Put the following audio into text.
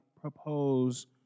propose